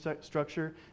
structure